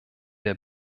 der